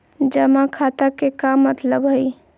जमा खाता के का मतलब हई?